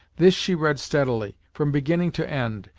this she read steadily, from beginning to end,